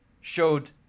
Showed